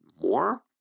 more